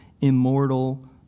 immortal